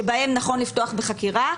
שבהם נכון לפתוח בחקירה,